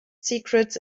secrets